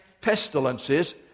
pestilences